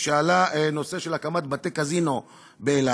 כשעלה הנושא של הקמת בתי-קזינו באילת,